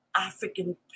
African